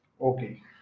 Okay